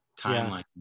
timeline